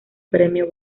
premio